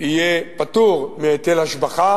יהיה פטור מהיטל השבחה.